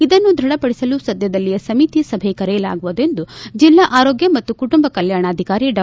ಇದನ್ನು ದೃಢಪಡಿಸಲು ಸದ್ದದಲ್ಲೇ ಸಮಿತಿ ಸಭೆ ಕರೆಯಲಾಗುವುದು ಎಂದು ಜಿಲ್ಲಾ ಆರೋಗ್ಯ ಮತ್ತು ಕುಟುಂಬ ಕಲ್ಮಾಣಾಧಿಕಾರಿ ಡಾ